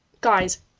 guys